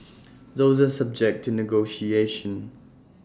those are subject to negotiation